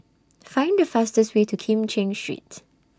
Find The fastest Way to Kim Cheng Street